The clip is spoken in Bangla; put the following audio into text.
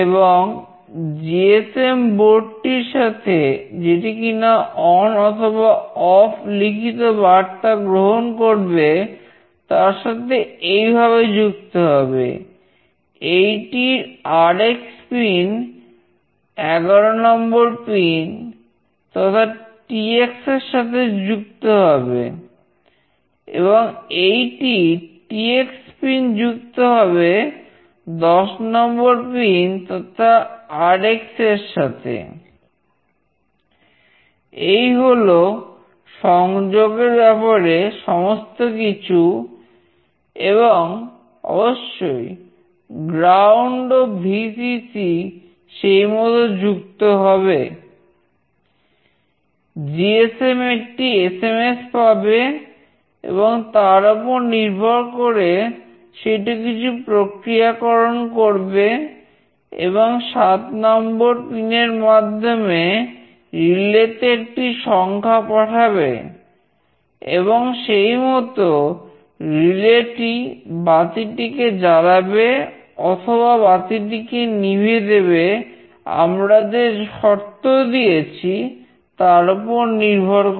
এবং জিএসএম টি বাতিটিকে জ্বালাবে অথবা বাতিটিকে নিভিয়ে দেবে আমরা যে শর্ত দিয়েছি তার উপর নির্ভর করে